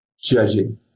judging